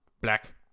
Black